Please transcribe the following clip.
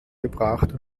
gebracht